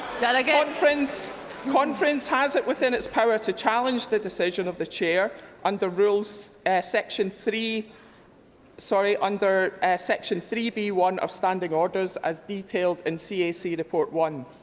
like ah conference conference has it within its power to challenge the decision of the chair under rules section three sorry, under section three b one of standing orders as detailed in cac report one.